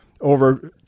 over